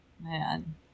man